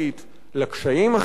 לקשיים החברתיים.